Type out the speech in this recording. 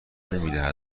نمیده